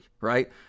right